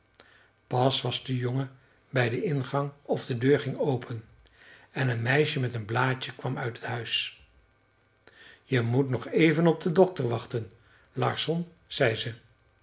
pas was de jongen bij den ingang of de deur ging open en een meisje met een blaadje kwam uit het huis je moet nog even op den dokter wachten larsson zei ze